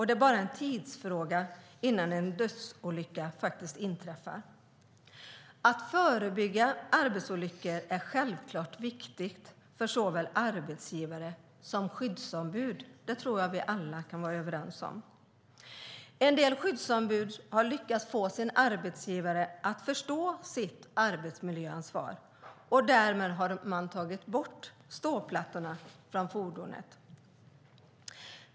Det är bara en tidsfråga innan en dödsolycka inträffar. Att förebygga arbetsolyckor är självklart viktigt för såväl arbetsgivare som skyddsombud. Det tror jag att vi alla kan vara överens om. En del skyddsombud har lyckats få sin arbetsgivare att förstå sitt arbetsmiljöansvar, och därmed har man tagit bort ståplattorna från fordonet.